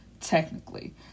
technically